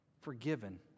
forgiven